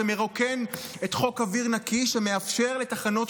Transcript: שמרוקן את חוק אוויר נקי ומאפשר לתחנות